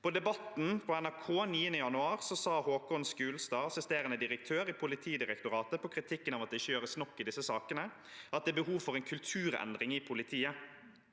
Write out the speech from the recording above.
I Debatten på NRK 9. januar svarte Håkon Skulstad, assisterende direktør i Politidirektoratet, på kritikken om at det ikke gjøres nok i disse sakene, at det er behov for en kulturendring i politiet.